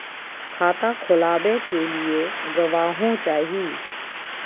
खाता खोलाबे के लिए गवाहों चाही?